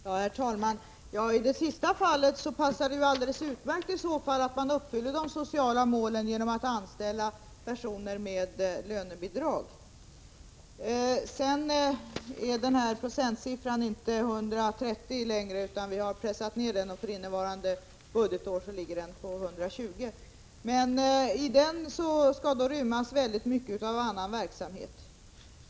Herr talman! I det sista fallet passar det alldeles utmärkt att man uppfyller de sociala målen genom att anställa personer med lönebidrag. Sedan vill jag säga att procentandelen inte längre är 130 26. Vi har pressat ner den, och för innevarande budgetår ligger den på 120 26. Meni detta skall rymmas mycket av annan verksamhet.